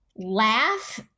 laugh